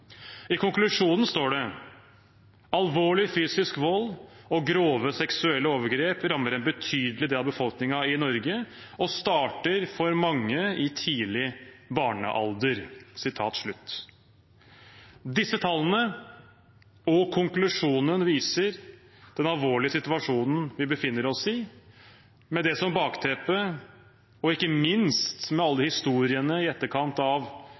I konklusjonen står det: «Alvorlig fysisk vold og grove seksuelle overgrep rammer en betydelig del av befolkningen i Norge, og starter for mange i tidlig barnealder.» Disse tallene og konklusjonen viser den alvorlige situasjonen vi befinner oss i. Med det som bakteppe, og ikke minst med alle historiene i etterkant av